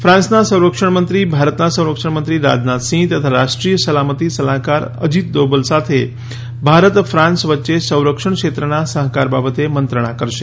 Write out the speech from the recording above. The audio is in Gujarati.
ફાન્સના સંરક્ષણમંત્રી ભારતના સંરક્ષણમંત્રી રાજનાથસિંહ તથા રાષ્ટ્રીય સલામતી સલાહકાર અજીત દોવલ સાથે ભારત ફાન્સ વચ્ચે સંરક્ષણ ક્ષેત્રના સહકાર બાબતે મંત્રણા કરશે